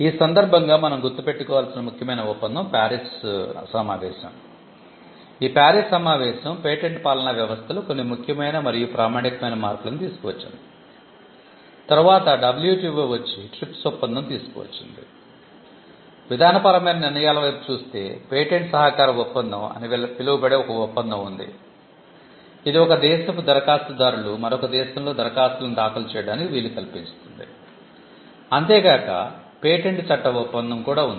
ఈ సందర్భంగా మనం గుర్తుపెట్టుకోవాల్సిన ముఖ్యమైన ఒప్పందం ప్యారిస్ సమావేశం కూడా ఉంది